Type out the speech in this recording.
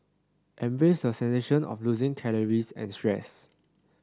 embrace the sensation of losing calories and stress